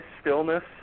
stillness